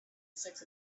six